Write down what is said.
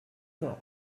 mort